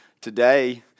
today